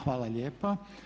Hvala lijepa.